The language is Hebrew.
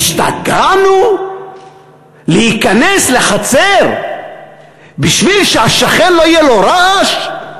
השתגענו להיכנס לחצר בשביל שהשכן לא יהיה לו רעש?